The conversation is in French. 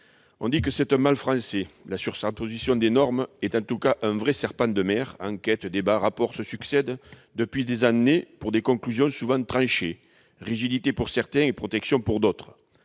On dit que c'est un mal français. La surtransposition des normes est en tout cas un vrai serpent de mer. Enquêtes, débats et rapports se succèdent depuis des années, avec des conclusions souvent tranchées : rigidité pour certains, protection pour d'autres